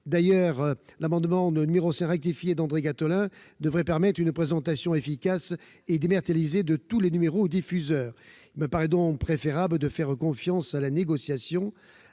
de l'amendement n° 5 rectifié d'André Gattolin devrait permettre une présentation efficace et dématérialisée de tous les numéros aux diffuseurs. Il me paraît donc préférable de faire confiance à la négociation